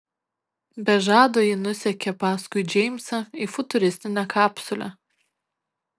be žado ji nusekė paskui džeimsą į futuristinę kapsulę